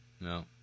No